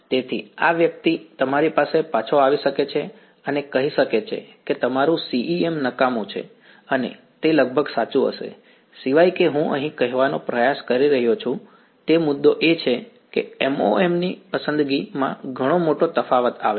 તેથી આ વ્યક્તિ તમારી પાસે પાછો આવી શકે છે અને કહી શકે છે કે તમારું CEM નકામું છે અને તે લગભગ સાચું હશે સિવાય કે હું અહીં કહેવાનો પ્રયાસ કરી રહ્યો છું તે મુદ્દો એ છે કે MoM ની પસંદગીમાં ઘણો મોટો તફાવત આવે છે